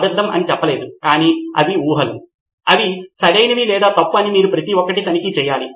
సిద్ధార్థ్ మాతురి ఈ రిపోజిటరీలో వారి వ్యక్తిగతీకరించిన నోట్స్ను దీని పైన తీసుకోవచ్చు లేదా మూల సమాచారమును పొంది రాయడం ప్రారంభించవచ్చు